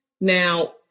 Now